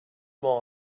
more